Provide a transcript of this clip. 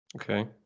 Okay